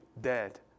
dead